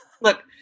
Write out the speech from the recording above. Look